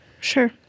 Sure